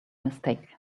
mistake